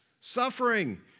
suffering